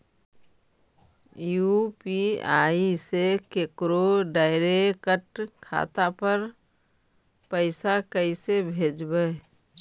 UPI से केकरो direct खाता पर पैसा कैसे भेजबै?